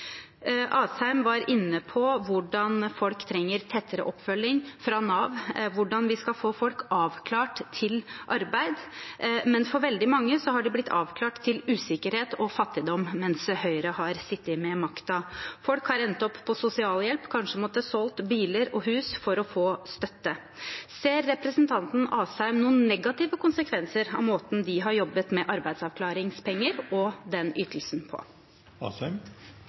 Asheim var inne på hvordan folk trenger tettere oppfølging fra Nav, hvordan vi skal få folk avklart til arbeid, men for veldig mange er det slik at de har blitt avklart til usikkerhet og fattigdom mens Høyre har sittet med makten. Folk har endt opp på sosialhjelp, har kanskje måttet selge biler og hus for å få støtte. Ser representanten Asheim noen negative konsekvenser av måten de har arbeidet med arbeidsavklaringspenger og den ytelsen